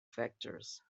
factors